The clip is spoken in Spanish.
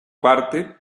parte